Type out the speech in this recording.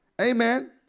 Amen